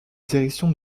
direction